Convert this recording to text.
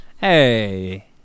Hey